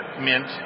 mint